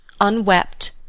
unwept